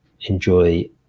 enjoy